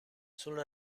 sul